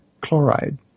Chloride